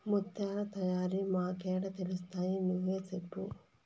ముత్యాల తయారీ మాకేడ తెలుస్తయి నువ్వే సెప్పు